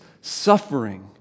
suffering